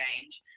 change